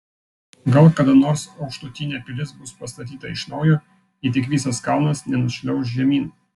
gal kada nors aukštutinė pilis bus pastatyta iš naujo jei tik visas kalnas nenušliauš žemyn